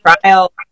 trial